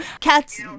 cats